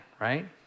right